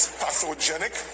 pathogenic